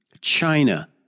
China